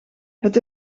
het